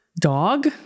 dog